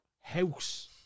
house